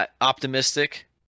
optimistic